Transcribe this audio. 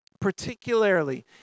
particularly